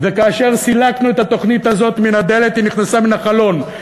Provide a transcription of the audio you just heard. וכאשר סילקנו את התוכנית הזאת מן הדלת היא נכנסה מן החלון,